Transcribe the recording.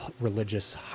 religious